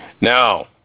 Now